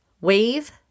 Wave